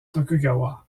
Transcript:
tokugawa